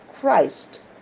Christ